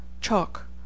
chalk